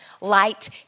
Light